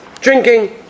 drinking